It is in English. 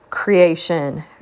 Creation